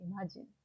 Imagine